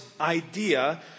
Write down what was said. idea